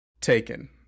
taken